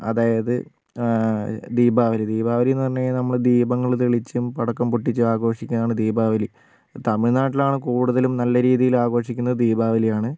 അതായത് ദീപാവലി ദീപാവലീന്നു പറഞ്ഞു കഴിഞ്ഞാല് ദീപങ്ങള് തെളിച്ചും പടക്കം പൊട്ടിച്ചും ആഘോഷിക്കുന്നതാണ് ദീപാവലി തമിഴ്നാട്ടിലാണ് കൂടുതലും നല്ല രീതിയിൽ ആഘോഷിക്കുന്നത് ദീപാവലിയാണ്